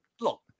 look